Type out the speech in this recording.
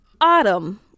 Autumn